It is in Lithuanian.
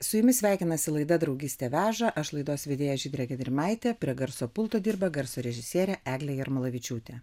su jumis sveikinasi laida draugystė veža aš laidos vedėja žydrė gedrimaitė prie garso pulto dirba garso režisierė eglė jarmalavičiūtė